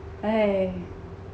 !hais!